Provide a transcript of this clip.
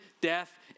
death